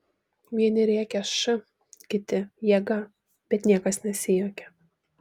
vieni rėkė š kiti jėga bet niekas nesijuokė